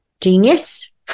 Genius